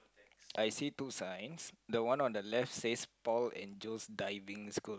I see two signs the one on the left says Paul and Joe's Diving School